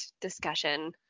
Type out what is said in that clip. discussion